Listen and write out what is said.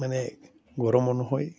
মানে গৰমো নহয়